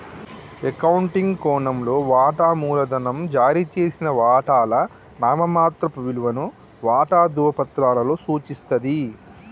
accounting కోణంలో, వాటా మూలధనం జారీ చేసిన వాటాల నామమాత్రపు విలువను వాటా ధృవపత్రాలలో సూచిస్తది